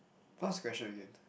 what's the question again